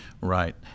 Right